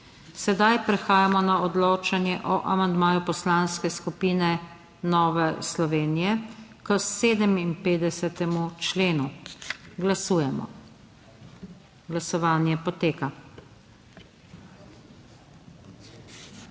Sedaj prehajamo na odločanje o amandmaju Poslanske skupine Nove Slovenije k 57. členu. Glasujemo. Glasovanje poteka.